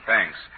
Thanks